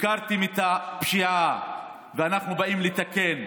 הפקרתם את הפשיעה ואנחנו באים לתקן,